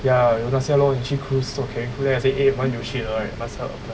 ya 有那些 lor 你去 cruise 做 cabin crew then I say